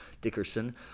Dickerson